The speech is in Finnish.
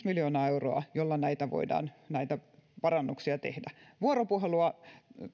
miljoonaa euroa jolla voidaan näitä parannuksia tehdä vuoropuhelua